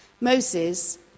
Moses